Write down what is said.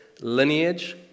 lineage